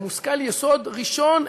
זה מושכל יסוד ראשון,